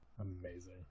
amazing